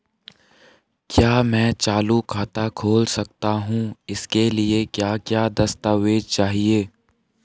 क्या मैं चालू खाता खोल सकता हूँ इसके लिए क्या क्या दस्तावेज़ चाहिए?